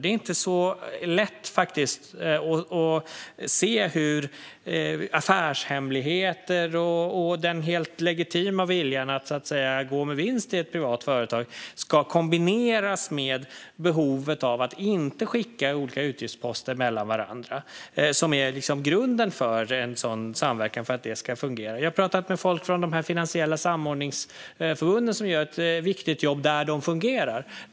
Det är inte så lätt att se hur affärshemligheter och den helt legitima viljan att gå med vinst i ett privat företag ska kombineras med behovet av att inte skicka olika utgiftsposter mellan varandra, vilket är grunden för att en sådan samverkan ska fungera. Jag har pratat med folk från de finansiella samordningsförbunden som gör ett viktigt jobb där de fungerar.